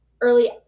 Early